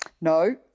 No